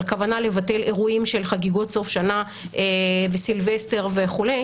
על כוונה לבטל אירועים של חגיגות סוף שנה וסילבסטר וכו'.